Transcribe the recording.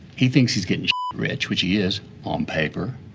he thinks he's getting rich, which he is on paper,